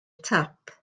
tap